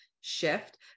shift